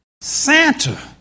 Santa